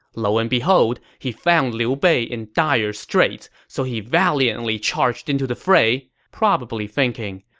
lo and behold, he found liu bei in dire straits, so he valiantly charged into the fray, probably thinking,